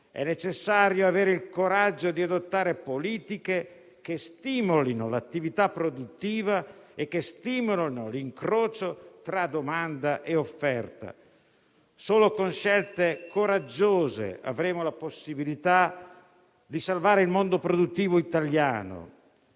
È necessario avere il coraggio di adottare politiche che stimolino l'attività produttiva e, al contempo, l'incrocio tra domanda e offerta. Solo con scelte coraggiose avremo la possibilità di salvare il mondo produttivo italiano.